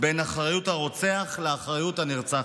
בין אחריות הרוצח לאחריות הנרצחת.